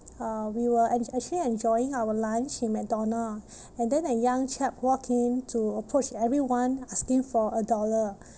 uh we were act~ actually enjoying our lunch in McDonald and then a young chap walk in to approach everyone asking for a dollar